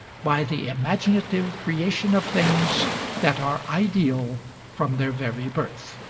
by the imaginative creation of things that are ideal from their very birth.